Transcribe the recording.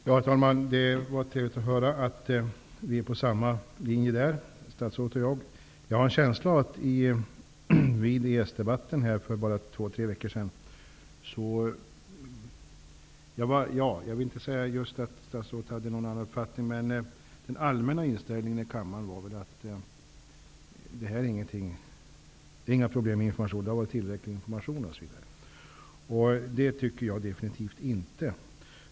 Herr talman! Det var trevligt att höra att statsrådet och jag är inne på samma linje. När det gäller den EES-debatt som vi hade för två tre veckor sedan har jag en känsla av att den allmänna inställningen här i kammaren var att det inte finns några problem på informationssidan, att informationen har varit tillräcklig osv. Det tycker jag definitivt inte.